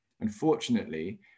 Unfortunately